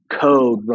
code